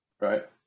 right